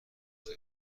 خیر